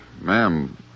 Ma'am